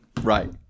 right